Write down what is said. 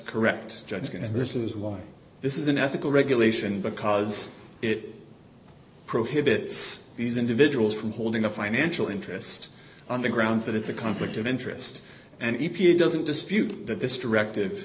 is why this is an ethical regulation because it prohibits these individuals from holding a financial interest on the grounds that it's a conflict of interest and e p a doesn't dispute that this directive